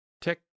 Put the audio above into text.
Tech